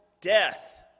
Death